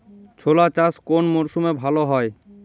ছোলা চাষ কোন মরশুমে ভালো হয়?